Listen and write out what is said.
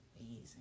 amazing